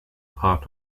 part